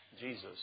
Jesus